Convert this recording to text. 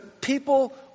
people